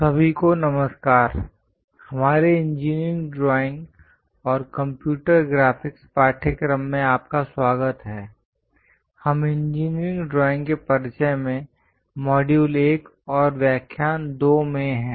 lecture 02 introduction to engineering drawing II सभी को नमस्कार हमारे इंजीनियरिंग ड्राइंग और कंप्यूटर ग्राफिक्स पाठ्यक्रम में आपका स्वागत है हम इंजीनियरिंग ड्राइंग के परिचय में मॉड्यूल 1 और व्याख्यान 2 में हैं